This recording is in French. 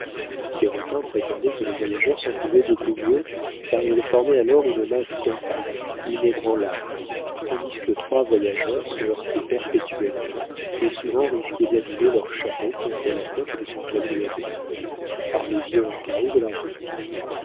pierrotin prétendait que les voyageurs s'en trouvaient beaucoup mieux car ils formaient alors une masse compacte inébranlable tandis que trois voyageurs se heurtaient perpétuellement et souvent risquaient d'abîmer leurs chapeaux contre la tête de son cabriolet par les violents cahots de la route